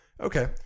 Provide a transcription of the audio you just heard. Okay